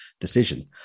decision